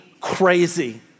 crazy